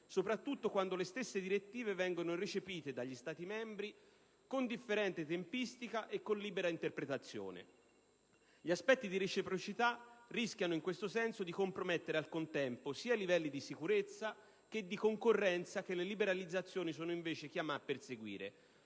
soprattutto quando le stesse direttive vengono recepite dagli Stati membri con differente tempistica e con libera interpretazione. Gli aspetti di reciprocità rischiano in questo senso di compromettere, al contempo, sia i livelli di sicurezza che di concorrenza che le liberalizzazioni sono, invece, chiamate a perseguire.